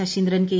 Saseendran K